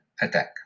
attack